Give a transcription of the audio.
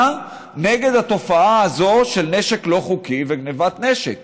נגד התופעה הזאת של נשק לא חוקי וגנבת נשק?